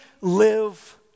live